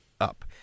up